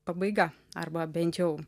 pabaiga arba bent jau